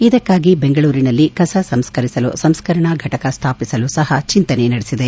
ಇದಕ್ಕಾಗಿ ಬೆಂಗಳೂರಿನಲ್ಲಿ ಕಸ ಸಂಸ್ಕರಿಸಲು ಸಂಸ್ಕರಣಾ ಫಟಕ ಸ್ವಾಪಿಸಲು ಸಹ ಚಿಂತನೆ ನಡೆಸಿದೆ